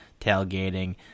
tailgating